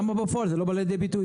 למה בפועל זה לא בא לידי ביטוי?